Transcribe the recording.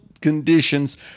conditions